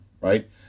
right